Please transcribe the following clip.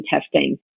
testing